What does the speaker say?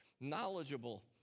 knowledgeable